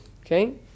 okay